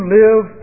live